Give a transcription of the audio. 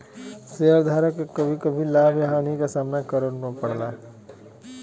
शेयरधारक के कभी कभी लाभ या हानि क सामना करना पड़ला